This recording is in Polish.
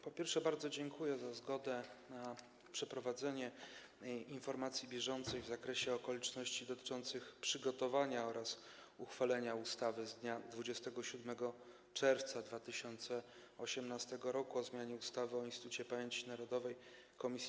Po pierwsze, bardzo dziękuję za zgodę na przedstawienie informacji bieżącej w zakresie okoliczności dotyczących przygotowania oraz uchwalenia ustawy z dnia 27 czerwca 2018 r. o zmianie ustawy o Instytucie Pamięci Narodowej - Komisji